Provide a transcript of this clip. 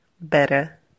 better